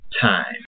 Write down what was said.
time